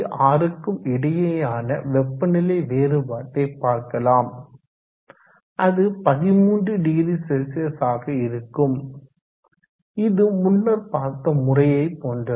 6க்கும்இடையேயான வெப்பநிலை வேறுபாட்டை பார்க்கலாம் அது 130Cஆக இருக்கும் இது முன்னர் பார்த்த முறையை போன்றது